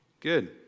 Good